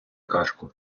кашку